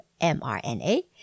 mRNA